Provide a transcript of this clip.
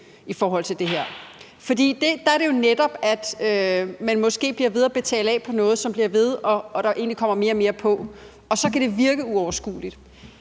ligger på 8 pct. For der er det jo netop sådan, at man måske bliver ved med at betale af på noget, hvor der bliver ved med at komme mere og mere på, og at så kan det virke uoverskueligt.